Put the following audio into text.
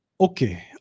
Okay